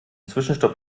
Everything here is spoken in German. zwischenstopp